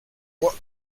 what